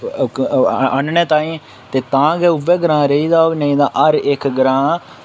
आह्नने ताहीं ते तां गै उ'यै ग्रांऽ रेही गेदा होग नेईं ते हर इक ग्रांऽ